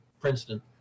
Princeton